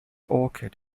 orchid